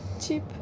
Cheap